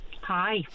hi